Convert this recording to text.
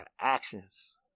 actions